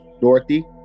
Dorothy